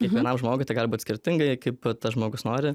kiekvienam žmogui tai gali būt skirtingai kaip tas žmogus nori